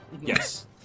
Yes